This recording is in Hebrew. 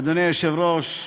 אדוני היושב-ראש,